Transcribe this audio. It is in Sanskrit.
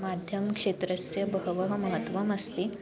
माध्यं क्षेत्रस्य बहु महत्त्वम् अस्ति